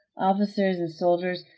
officers and soldiers,